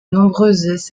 nombreuses